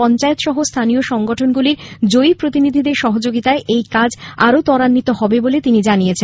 পঞ্চায়েত সহ স্থানীয় সংগঠনগুলির জয়ী প্রতিনিধিদের সহযোগিতায় এই কাজ আরো তরাম্বিত হবে বলে তিনি জানিয়েছেন